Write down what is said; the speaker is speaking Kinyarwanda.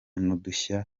n’udushya